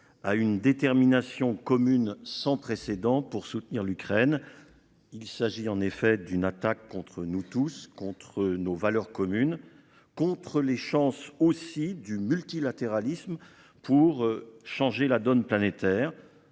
A une détermination commune sans précédent pour soutenir l'Ukraine. Il s'agit en effet d'une attaque contre nous tous contre nos valeurs communes contre les chances aussi du multilatéralisme pour changer la donne planétaire,